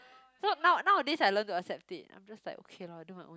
so now nowadays I learn to accept it I'm just like okay lor I do my own